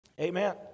Amen